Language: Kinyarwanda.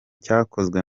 cyakozwe